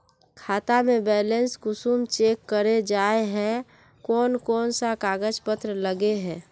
खाता में बैलेंस कुंसम चेक करे जाय है कोन कोन सा कागज पत्र लगे है?